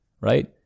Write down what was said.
right